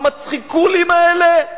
המצחיקולים האלה?